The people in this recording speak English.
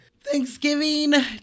Thanksgiving